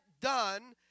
done